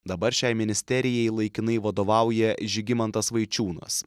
dabar šiai ministerijai laikinai vadovauja žygimantas vaičiūnas